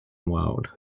world